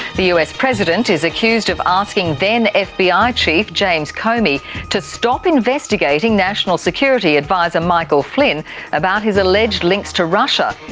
the us president is accused of asking then fbi ah chief james comey to stop investigating national security adviser michael flynn about his alleged links to russia.